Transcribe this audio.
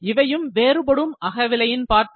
இவையும் வேறுபடும் அக விலையின் பாற்படும்